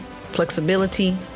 flexibility